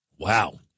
Wow